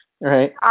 Right